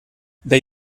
they